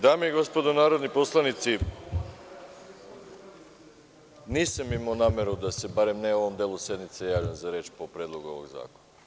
Dame i gospodo narodni poslanici, nisam imao nameru, barem ne u ovom delu sednice, da se javljam za reč po Predlogu ovog zakona.